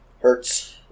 Hurts